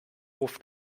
hof